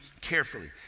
carefully